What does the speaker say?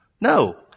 No